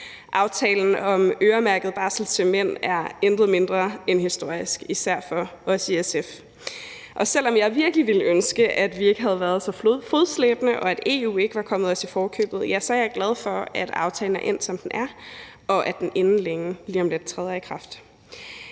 Aftalen om øremærket barsel til mænd er intet mindre end historisk, især for os i SF. Og selv om jeg virkelig ville ønske, at vi ikke havde været så fodslæbende, og at EU ikke var kommet os i forkøbet, så er jeg glad for, at aftalen er endt, som den er, og at den inden længe, lige om lidt, træder i kraft.